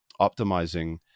optimizing